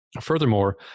Furthermore